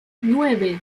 nueve